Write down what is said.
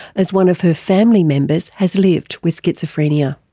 as one of her family members has lived with schizophrenia.